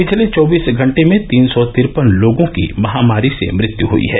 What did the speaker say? पिछले चौबीस घंटे में तीन सौ तिरपन लोगों की महामारी से मृत्यु हयी है